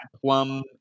Plum